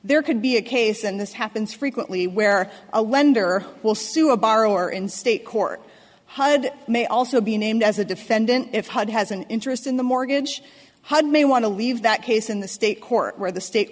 there could be a case and this happens frequently where a lender will sue a borrower in state court hud may also be named as a defendant if hud has an interest in the mortgage hud may want to leave that case in the state court where the state